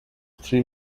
three